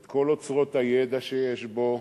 את כל אוצרות הידע שיש בו,